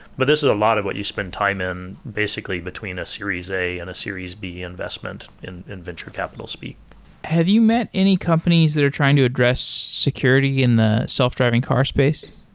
but this is a lot of what you spend time in basically between a series a and a series b investment in in venture capital speak have you met any companies that are trying to address security in the self driving car space?